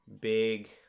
big